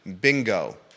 bingo